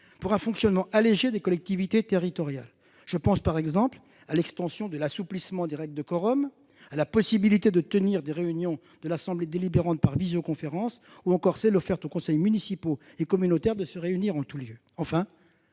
pour un fonctionnement allégé des collectivités territoriales. Je pense, par exemple, à l'extension de l'assouplissement des règles de quorum, à la possibilité de tenir les réunions de l'assemblée délibérante par visioconférence ou encore à celle offerte aux conseils municipaux et communautaires de se réunir en tout lieu. Enfin,